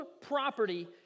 property